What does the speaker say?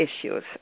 issues